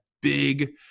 big